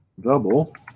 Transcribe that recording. double